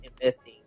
investing